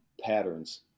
patterns